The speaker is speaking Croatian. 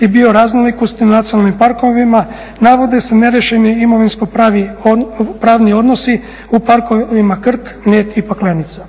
i bioraznolikosti nacionalnim parkovima navode se neriješeni imovinsko pravni odnosi u parkovima Krk, Mljet i Paklenica.